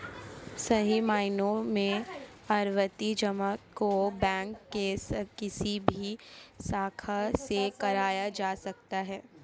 सही मायनों में आवर्ती जमा को बैंक के किसी भी शाखा से कराया जा सकता है